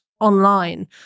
online